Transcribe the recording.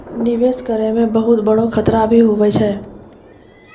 निवेश करै मे बहुत बड़ो खतरा भी हुवै छै